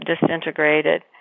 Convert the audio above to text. disintegrated